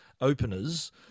openers